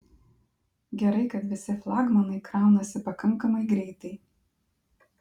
gerai kad visi flagmanai kraunasi pakankamai greitai